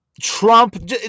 Trump